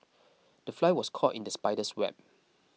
the fly was caught in the spider's web